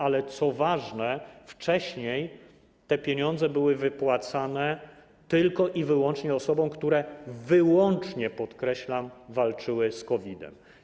Ale, co ważne, wcześniej te pieniądze były wypłacane tylko i wyłącznie osobom, które wyłącznie, podkreślam, walczyły z COVID-em.